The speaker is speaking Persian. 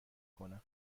کنم